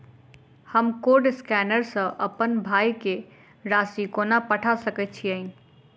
हम code scanner सँ अप्पन भाय केँ राशि कोना पठा सकैत छियैन?